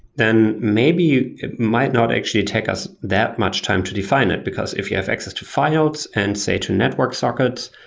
then maybe it might not actually take us that much time to define it. because if you have access to files and, say, to network sockets,